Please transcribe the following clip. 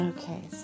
okay